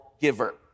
giver